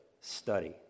study